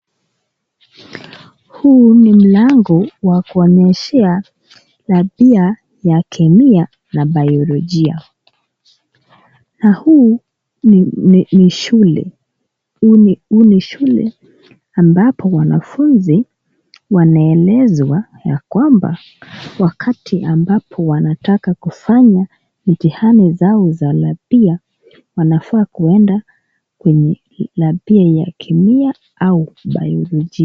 Huu ni mlango ya kuonyesea lapia ya kemia na baolojia na huu ni shule ambapo wanafunzi wanaeleswa kwamba wakati ambapo wanataka kufanya mithiani zao za lapia wanafaa kuenda Kwa lapia ya kemia au baolojia.